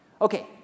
Okay